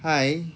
hi